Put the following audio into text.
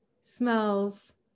smells